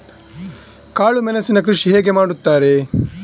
ಕಾಳು ಮೆಣಸಿನ ಕೃಷಿ ಹೇಗೆ ಮಾಡುತ್ತಾರೆ?